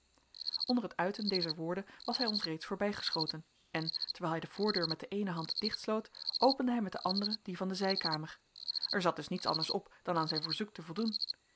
onder het uiten dezer woorden was hij ons reeds voorbijgeschoten en terwijl hij de voordeur met de eene hand dichtsloot opende hij met de andere die van de zijkamer er zat dus niets anders op dan aan zijn verzoek te voldoen